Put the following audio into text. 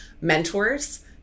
mentors